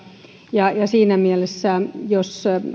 ja siinä mielessä jos